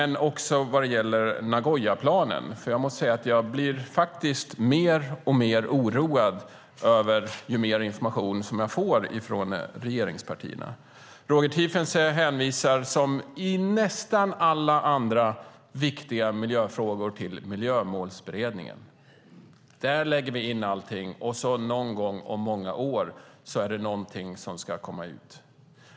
När det gäller Nagoyaplanen måste jag säga att jag blir mer och mer oroad ju mer information jag får från regeringspartierna. Roger Tiefensee hänvisar som i nästan alla andra viktiga miljöfrågor till Miljömålsberedningen. Där lägger vi in allting, och någon gång om många år ska någonting komma ut.